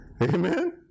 Amen